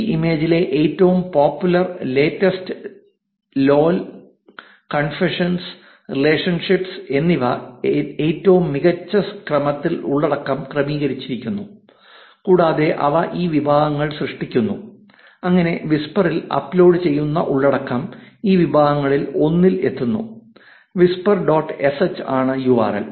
ഈ ഇമേജിലെ ഏറ്റവും popular latest lol confessions relationships എന്നിവ ഏറ്റവും മികച്ച ക്രമത്തിൽ ഉള്ളടക്കം ക്രമീകരിച്ചിരിക്കുന്നു കൂടാതെ അവ ഈ വിഭാഗങ്ങൾ സൃഷ്ടിക്കുന്നു അങ്ങനെ വിസ്പറിൽ അപ്ലോഡ് ചെയ്യുന്ന ഉള്ളടക്കം ഈ വിഭാഗങ്ങളിൽ 1 ൽ എത്തുന്നു വിസ്പർ ഡോട്ട് എസ്എഛ് ആണ് യുആർഎൽ